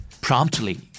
Promptly